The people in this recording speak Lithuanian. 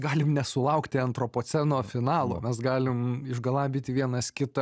galim nesulaukti antropoceno finalo mes galim išgalabyti vienas kitą